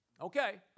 Okay